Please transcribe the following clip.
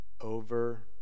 over